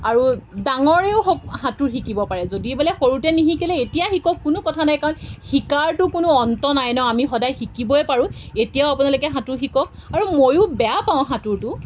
আৰু ডাঙৰেও হওক সাঁতোৰ শিকিব পাৰে যদি বোলে সৰুতে নিশিকিলে এতিয়া শিকক কোনো কথা নাই কাৰণ শিকাৰতো কোনো অন্ত নাই ন আমি সদায় শিকিবই পাৰোঁ এতিয়াও আপোনালোকে সাঁতোৰ শিকক আৰু ময়ো বেয়া পাওঁ সাঁতোৰটো